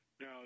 now